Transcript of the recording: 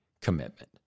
commitment